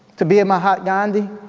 to be a mahatma gandhi,